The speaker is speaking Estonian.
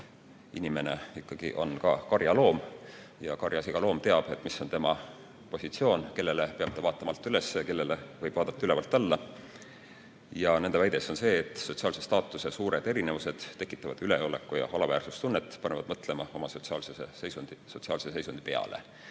Inimene on ikkagi ka karjaloom ja karjas iga loom teab, mis on tema positsioon, kellele ta peab vaatama alt üles ja kellele võib vaadata ülevalt alla. Nende väide on see, et sotsiaalse staatuse suured erinevused tekitavad üleoleku- ja alaväärsustunnet, panevad mõtlema oma sotsiaalse seisundi peale